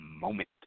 moment